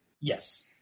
Yes